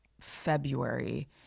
February